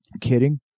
Kidding